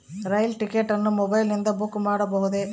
ರೈಲು ticket ಅನ್ನು ಮೊಬೈಲಿಂದ book ಮಾಡಬಹುದೆ?